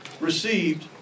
received